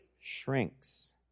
shrinks